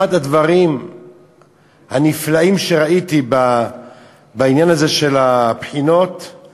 אחד הדברים הנפלאים שראיתי בעניין הזה של הבחינות,